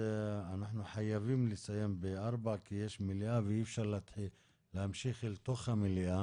אנחנו חייבים לסיים ב-16 כי יש מליאה ואי אפשר להמשיך לתוך המליאה